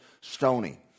stony